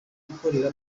gukorera